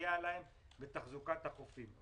לסייע להן בתחזוקת החופים.